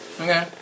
okay